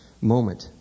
moment